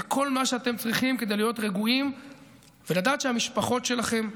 זה כל מה שאתם צריכים כדי להיות רגועים ולדעת שהמשפחות שלכם,